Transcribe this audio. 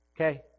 Okay